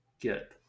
get